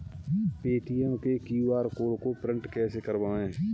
Paytm के QR code को print कैसे करवाएँ?